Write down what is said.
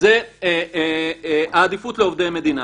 היא העדיפות לעובדי מדינה.